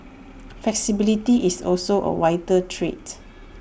flexibility is also A vital trait